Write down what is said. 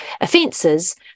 offences